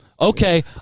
okay